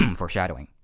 um foreshadowing